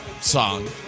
song